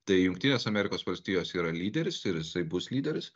tai jungtinės amerikos valstijos yra lyderis ir jisai bus lyderis